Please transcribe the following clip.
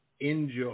Enjoy